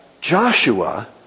Joshua